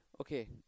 Okay